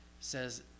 says